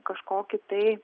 kažkokį tai